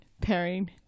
pairing